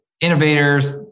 innovators